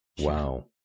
Wow